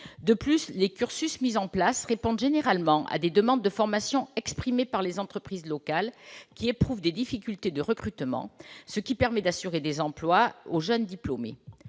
De plus, les cursus mis en place répondent généralement à des demandes de formation exprimées par les entreprises locales qui éprouvent des difficultés de recrutement, ce qui permet d'assurer des emplois aux jeunes diplômés.